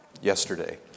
yesterday